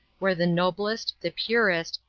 where the noblest, the purest,